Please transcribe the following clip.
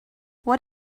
what